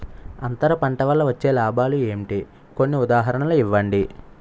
అంతర పంట వల్ల వచ్చే లాభాలు ఏంటి? కొన్ని ఉదాహరణలు ఇవ్వండి?